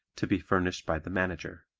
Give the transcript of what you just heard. to be furnished by the manager.